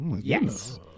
Yes